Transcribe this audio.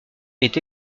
est